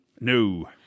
No